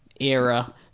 era